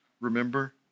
Remember